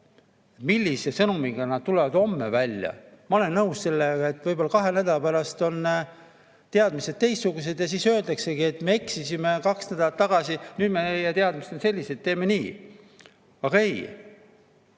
millise sõnumiga nad homme välja tulevad. Ma olen nõus sellega, et võib-olla kahe nädala pärast on teadmised teistsugused. Aga siis öeldagugi, et me eksisime kaks nädalat tagasi ja nüüd on meie teadmised selliseid, teeme nii. Aga ei.